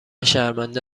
شرمنده